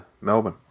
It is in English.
Melbourne